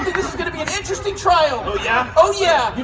this is gonna be an interesting trial. oh, yeah? oh, yeah.